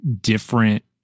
different